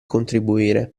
contribuire